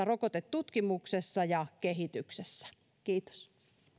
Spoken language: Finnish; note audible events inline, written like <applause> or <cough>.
<unintelligible> rokotetutkimuksessa ja kehityksessä kiitos